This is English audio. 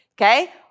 Okay